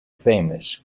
famous